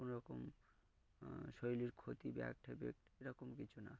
কোন রকম শরীরে ক্ষতি ব্যাড এফেক্ট এরকম কিছু না